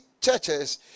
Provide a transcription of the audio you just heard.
churches